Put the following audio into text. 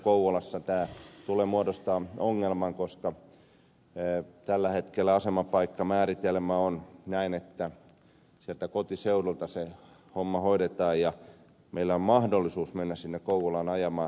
kouvolassa tämä tulee muodostamaan ongelman koska tällä hetkellä asemapaikkamääritelmä on näin että sieltä kotiseudulta se homma hoidetaan ja meillä on mahdollisuus mennä sinne kouvolaan ajamaan